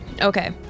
Okay